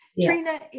Trina